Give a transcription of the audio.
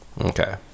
okay